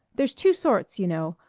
there's two sorts, you know.